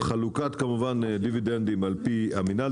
חלוקת דיבידנדים על פי המינהל.